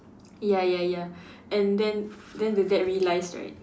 ya ya ya and then then the dad realised right